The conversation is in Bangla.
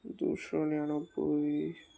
দুশো নিরানব্বই